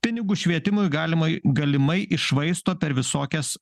pinigus švietimui galimai galimai iššvaisto per visokias